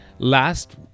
Last